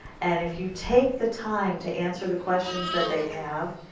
and if you take the time to answer the questions that they have,